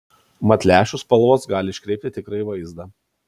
mat lęšių spalvos gali iškreipti tikrąjį vaizdą